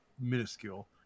minuscule